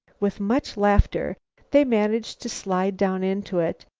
with much laughter they managed to slide down into it,